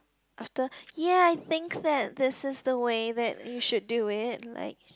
after ya I think that this is the way that you should do it like